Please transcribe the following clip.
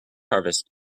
harvest